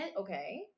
Okay